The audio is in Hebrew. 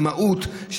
זה מהות,